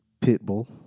Pitbull